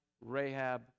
Rahab